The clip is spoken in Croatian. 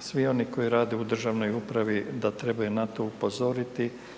svi oni koji rade u državnoj upravi da trebaju na to upozoriti